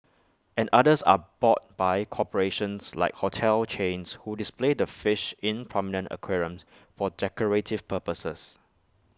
and others are bought by corporations like hotel chains who display the fish in prominent aquariums for decorative purposes